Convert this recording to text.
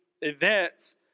events